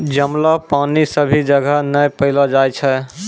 जमलो पानी सभी जगह नै पैलो जाय छै